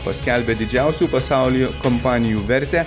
paskelbė didžiausių pasaulyje kompanijų vertę